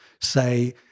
say